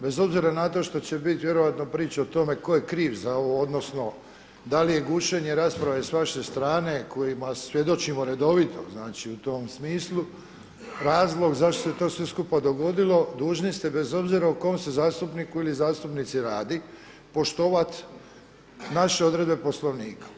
Bez obzira na to što će vjerojatno biti priče o tome koje kriv za ovo odnosno da li je gušenje rasprave s vaše strane kojima svjedočimo redovito u tom smislu, razlog zašto se to sve skupa dogodilo, dužni ste bez obzira o kom se zastupniku ili zastupnici radi poštovati naše odredbe Poslovnika.